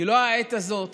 כי העת הזאת